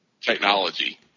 technology